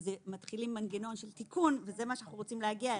שמתחיל מנגנון של תיקון וזה מה שאנחנו רוצים להגיע אליו.